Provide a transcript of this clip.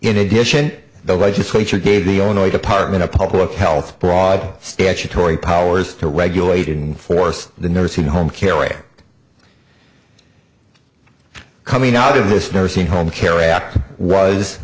in addition the legislature gave the only department of public health broad statutory powers to regulate and force the nursing home care coming out of this nursing home care act was